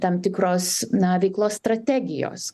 tam tikros na veiklos strategijos